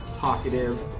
talkative